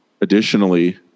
additionally